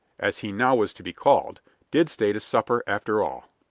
as he now was to be called did stay to supper, after all.